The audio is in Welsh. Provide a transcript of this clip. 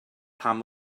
pam